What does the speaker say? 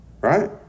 right